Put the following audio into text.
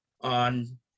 on